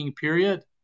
period